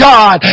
God